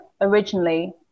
originally